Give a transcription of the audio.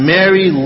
Mary